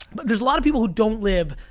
but there's a lot of people who don't live,